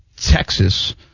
Texas